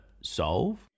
solve